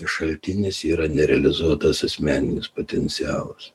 šaltinis yra nerealizuotas asmeninis potencialas